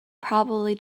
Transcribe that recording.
probably